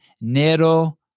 Nero